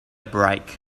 break